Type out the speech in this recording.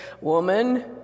Woman